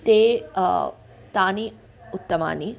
ते तानि उत्तमानि